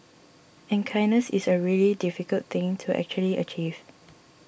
and kindness is a really difficult thing to actually achieve